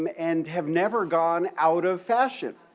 um and have never gone out of fashion.